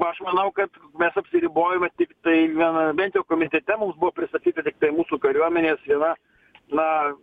aš manau kad mes apsiribojome tiktai viena bent jau komitete buvo pristatyta tiktai mūsų kariuomenės viena na